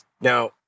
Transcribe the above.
Now